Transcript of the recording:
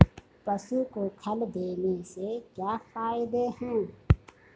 पशु को खल देने से क्या फायदे हैं?